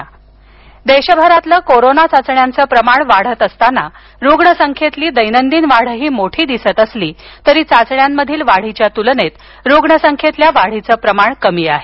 Covid राष्ट्रीय देशभरातलं corona चाचण्यांचं प्रमाण वाढता असताना रुग्ण संख्येतली दैनंदिन वाढही मोठी दिसत असली तरी चाचण्यांमधील वाढीच्या तुलनेत रुग्ण संख्येतल्या वाढीचं प्रमाण कमी आहे